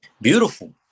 Beautiful